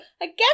Again